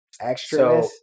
extra